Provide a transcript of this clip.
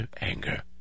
anger